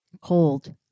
cold